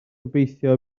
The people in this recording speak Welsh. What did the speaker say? gobeithio